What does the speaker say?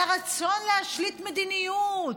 על הרצון להשליט מדיניות.